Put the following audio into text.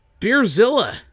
Beerzilla